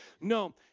No